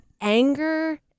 anger